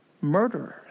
murderers